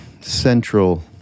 central